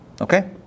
Okay